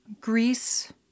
Greece